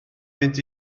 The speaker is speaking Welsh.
fynd